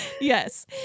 yes